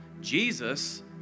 Jesus